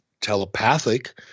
telepathic